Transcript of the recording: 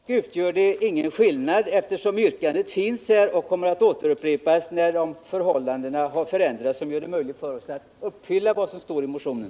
Herr talman! I sak gör det ingen skillnad, eftersom yrkandet finns här och kommer att upprepas när förhållandena har förändrats och då det blir möjligt för oss att uppfylla kravet i motionen.